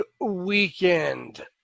weekend